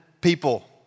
people